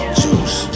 juice